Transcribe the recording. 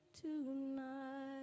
tonight